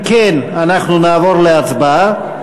אם כן, אנחנו נעבור להצבעה.